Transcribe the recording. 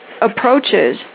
approaches